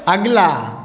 अगिला